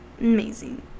amazing